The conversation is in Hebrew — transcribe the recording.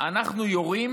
אנחנו יורים